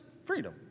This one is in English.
Freedom